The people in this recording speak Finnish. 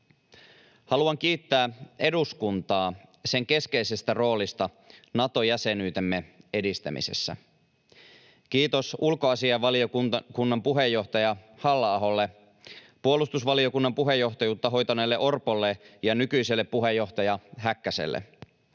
Haluan kiittää eduskuntaa sen keskeisestä roolista Nato-jäsenyytemme edistämisessä. Kiitos ulkoasiainvaliokunnan puheenjohtaja Halla-aholle, puolustusvaliokunnan puheenjohtajuutta hoitaneelle Orpolle ja nykyiselle puheenjohtaja Häkkäselle.